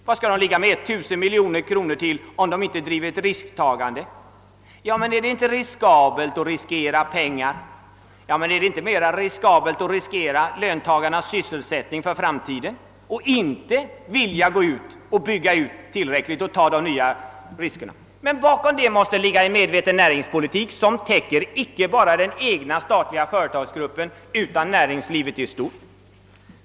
Vad skall banken med 1 miljard kronor till, om den inte skall göra sådana risktaganiden? Är det inte riskabelt att på det viset sätta in pengar i företag? frågar någon. Jag frågar: Är det inte mer riskabelt att äventyra löntagarnas framtida sysselsättning? Men bakom detta risktagande måste ligga en medveten näringspolitik, som omfattar icke bara den statliga företagsgruppen utan näringslivet i stort.